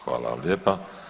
Hvala vam lijepa.